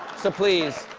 so please,